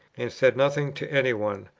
and said nothing to any one,